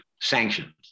sanctions